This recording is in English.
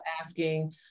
asking